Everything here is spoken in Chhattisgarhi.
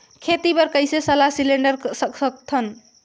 खेती बर कइसे सलाह सिलेंडर सकथन?